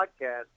podcast